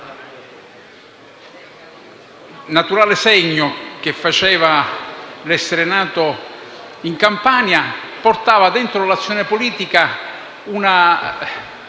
quel naturale segno di essere nato in Campania portava dentro l'azione politica una